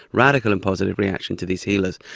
radical and positive reaction to these healers,